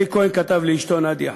אלי כהן כתב לאשתו נדיה: